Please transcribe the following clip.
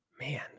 Man